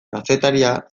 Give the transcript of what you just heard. kazetaria